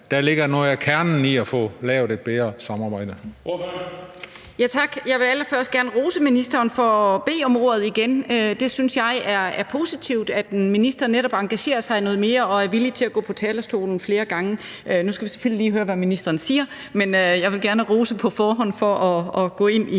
dér ligger noget af kernen i at få lavet bedre samarbejde.